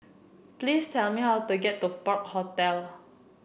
please tell me how to get to Park Hotel